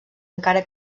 encara